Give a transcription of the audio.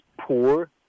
poor